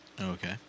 Okay